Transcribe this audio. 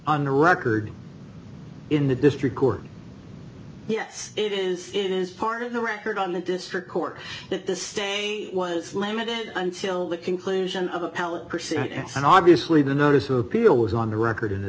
on the record in the district court yes it is it is part of the record on the district court that the stay was limited until the conclusion of appellate percent and obviously the notice of appeal was on the record in the